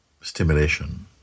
stimulation